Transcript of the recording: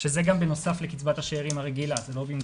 שזה גם בנוסף לקצבת השאירים הרגילה, זה לא במקום.